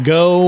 go